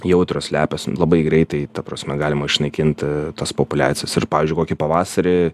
jautrios lepios labai greitai ta prasme galima išnaikint tas populiacijas ir pavyzdžiui kokį pavasarį